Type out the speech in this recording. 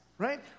right